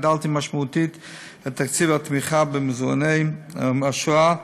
הגדלתי משמעותית את תקציב התמיכה במוזיאוני השואה,